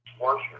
worse